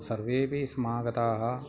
सर्वेभिः समागताः